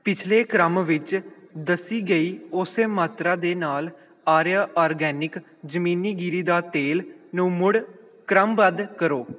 ਪਿਛਲੇ ਕ੍ਰਮ ਵਿੱਚ ਦੱਸੀ ਗਈ ਉਸ ਮਾਤਰਾ ਦੇ ਨਾਲ ਆਰੀਆ ਆਰਗੈਨਿਕ ਜ਼ਮੀਨੀ ਗਿਰੀ ਦਾ ਤੇਲ ਨੂੰ ਮੁੜ ਕ੍ਰਮਬੱਧ ਕਰੋ